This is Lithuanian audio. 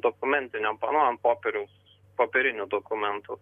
dokumentiniam ant popieriaus popierinių dokumentų